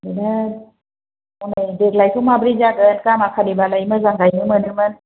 बिनो हनै देग्लायथ' माब्रै जागोन गामाखालि बालाय मोजां गाइनो मोनोमोन